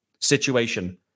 situation